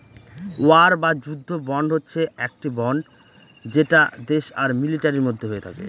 war বা যুদ্ধ bond হচ্ছে একটি বন্ড যেটা দেশ আর মিলিটারির মধ্যে হয়ে থাকে